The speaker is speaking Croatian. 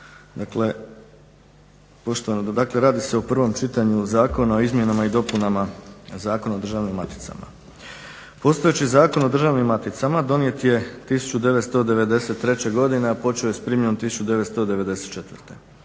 Dakle, radi se o prvom čitanju Zakona o izmjenama i dopunama Zakona o državnim maticama. Postojeći Zakon o državnim maticama donijet je 1993. godine a počeo je s primjenom 1994.